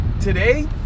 today